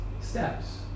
steps